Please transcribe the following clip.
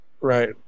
Right